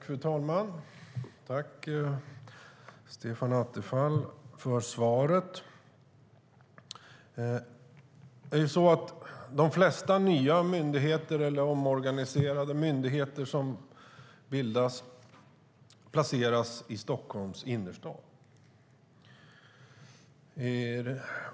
Fru talman! Tack, Stefan Attefall, för svaret! De flesta nya myndigheter eller omorganiserade myndigheter som bildas placeras i Stockholms innerstad.